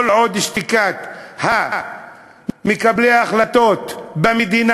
כל עוד תימשך שתיקת מקבלי ההחלטות במדינה,